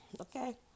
Okay